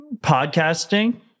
podcasting